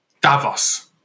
Davos